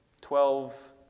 twelve